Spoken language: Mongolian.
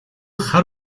хар